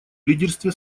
лидерстве